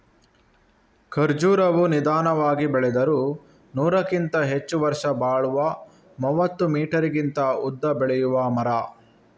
ಖರ್ಜುರವು ನಿಧಾನವಾಗಿ ಬೆಳೆದರೂ ನೂರಕ್ಕಿಂತ ಹೆಚ್ಚು ವರ್ಷ ಬಾಳುವ ಮೂವತ್ತು ಮೀಟರಿಗಿಂತ ಉದ್ದ ಬೆಳೆಯುವ ಮರ